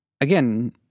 Again